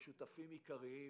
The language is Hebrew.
כשותפים עיקריים,